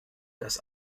das